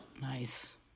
Nice